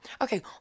okay